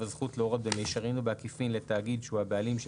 הזכות להורות במישרין או בעקיפין לתאגיד שהוא הבעלים של